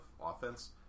offense